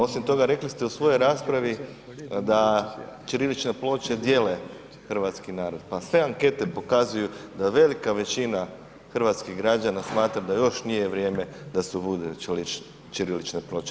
Osim toga rekli ste u svojoj raspravi da ćirilične ploče dijele hrvatski narod, pa sve ankete pokazuju da velika većina hrvatskih građana smatra da još nije vrijeme da se uvode ćirilične ploče.